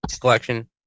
collection